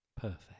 perfect